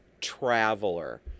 traveler